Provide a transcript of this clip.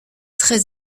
très